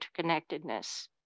interconnectedness